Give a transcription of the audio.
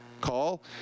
call